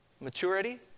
Maturity